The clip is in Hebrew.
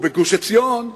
ובגוש-עציון.